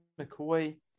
McCoy